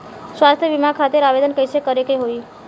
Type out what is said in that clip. स्वास्थ्य बीमा खातिर आवेदन कइसे करे के होई?